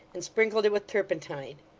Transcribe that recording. and sprinkled it with turpentine.